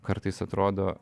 kartais atrodo